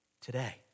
today